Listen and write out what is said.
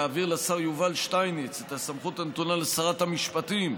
להעביר לשר יובל שטייניץ את הסמכות הנתונה לשרת המשפטים,